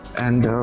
and.